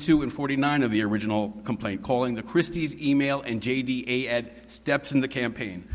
two and forty nine of the original complaint calling the christie's email njt at steps in the campaign